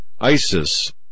ISIS